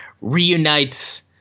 Reunites